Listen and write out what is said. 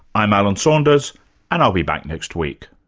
i'm alan saunders and i'll be back next week